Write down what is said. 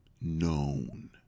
known